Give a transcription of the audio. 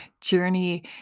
journey